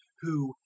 who,